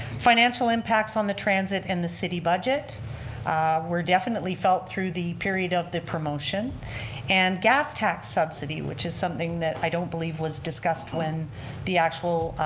financial impacts on the transit and the city budget were definitely felt through the period the promotion and gas tax subsidy which is something that i don't believe was discussed when the actual